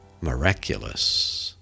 Miraculous